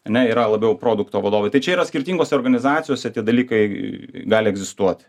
ane yra labiau produkto vadovai tai čia yra skirtingose organizacijose tie dalykai gali egzistuoti